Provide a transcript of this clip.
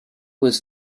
was